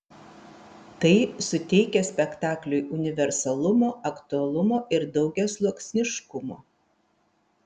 tai suteikia spektakliui universalumo aktualumo ir daugiasluoksniškumo